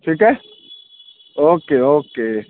ٹھیک ہے okay okay